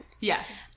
yes